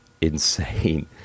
insane